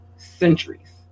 centuries